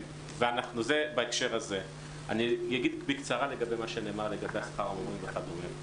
אני אגיד בקצרה לגבי שכר המורים וכדומה.